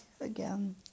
again